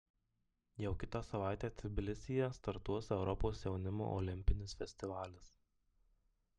jau kitą savaitę tbilisyje startuos europos jaunimo olimpinis festivalis